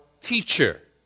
teacher